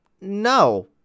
no